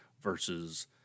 versus